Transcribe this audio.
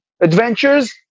adventures